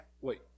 Wait